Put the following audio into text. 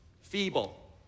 feeble